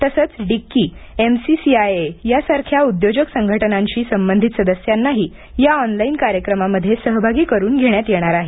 तसेच डिक्कीएमसीसीआयए या सारख्या उद्योजक संघटनांशी संबंधित सदस्यांनाही या ऑनलाईन कार्यक्रमांमध्ये सहभागी करून घेण्यात येणार आहे